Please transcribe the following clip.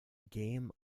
game